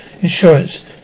insurance